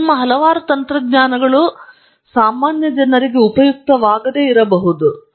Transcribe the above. ಈಗ ನಿಮ್ಮ ಹಲವಾರು ತಂತ್ರಜ್ಞಾನಗಳು ಉಪಯುಕ್ತವಾಗದೇ ಇರಬಹುದು